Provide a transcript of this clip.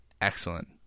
excellent